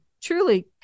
Truly